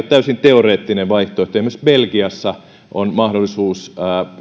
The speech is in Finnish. täysin teoreettinen vaihtoehto esimerkiksi belgiassa on mahdollisuus